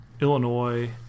Illinois